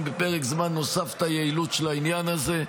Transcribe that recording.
בפרק זמן נוסף את היעילות של העניין הזה.